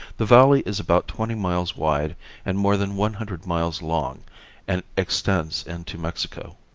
the valley is about twenty miles wide and more than one hundred miles long and extends into mexico.